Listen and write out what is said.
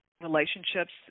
relationships